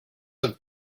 have